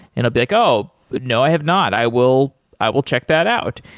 and be like, oh! no, i have not. i will i will check that out.